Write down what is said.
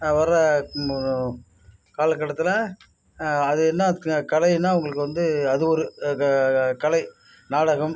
வர கால கட்டத்தில் அது என்ன க கலைனா உங்களுக்கு வந்து அது ஒரு க கலை நாடகம்